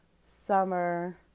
summer